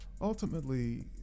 ultimately